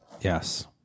Yes